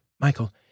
Michael